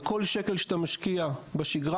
על כל שקל שאתה משקיע בשגרה,